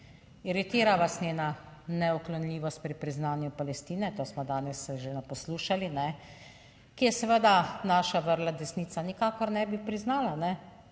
Iritira vas njena neuklonljivost pri priznanju Palestine - to smo danes že poslušali -, ki je seveda naša vrla desnica nikakor ne bi priznala.